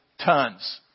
tons